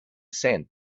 sand